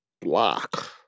block